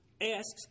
asks